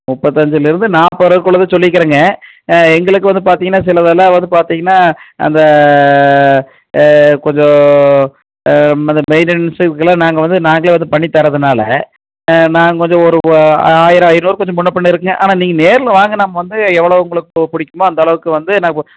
முப்பத்தஞ்சுலேருந்து நாற்பதுரூவாக்குள்ள தான் சொல்லிருக்கிறேங்க எங்களுக்கு வந்து பார்த்தீங்கன்னா சிலதெல்லாம் வந்து பார்த்தீங்கன்னா அந்த கொஞ்சம் அந்த மெயின்டனன்ஸ் இதுக்குலாம் நாங்கள் வந்து நாங்களே வந்து பண்ணி தர்றதுனால் நாங்கள் கொஞ்சம் ஒரு ஆயிரம் ஐநூறு கொஞ்சம் முன்னப்பின்ன இருக்கும்ங்க ஆனால் நீங்கள் நேரில் வாங்க நம்ம வந்து எவ்வளோ உங்களுக்கு பிடிக்குமோ அந்த அளவுக்கு வந்து நாங்கள்